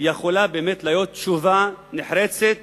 יכול להיות תשובה נחרצת